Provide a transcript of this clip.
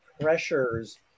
pressures